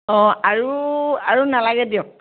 অঁ আৰু আৰু নালাগে দিয়ক